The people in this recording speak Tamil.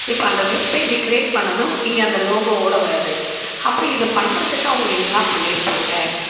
இப்போ அந்த வெப் பேஜ்ஜி க்ரியேட் பண்ணதும் இங்கே அந்த லோகோவோட வருது அப்போ இதை பண்ணுறதுக்கு அவங்க என்னெல்லாம் பண்ணிருப்பாங்க